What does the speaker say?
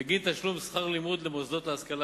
בגין תשלום שכר לימוד למוסדות להשכלה